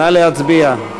נא להצביע.